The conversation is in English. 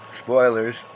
Spoilers